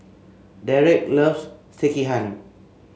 Derek loves Sekihan